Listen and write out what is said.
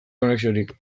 konexiorik